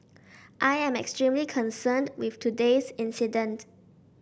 I am extremely concerned with today's incident